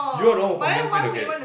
you are the one who convinced me to get it